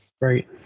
Right